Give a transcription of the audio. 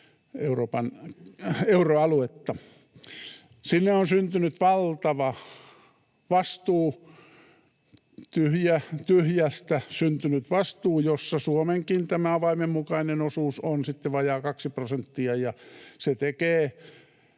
puolilla euroaluetta. Sinne on syntynyt valtava vastuu, tyhjästä syntynyt vastuu, jossa Suomenkin avaimen mukainen osuus on sitten vajaa kaksi prosenttia, ja se tekee